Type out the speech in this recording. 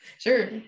Sure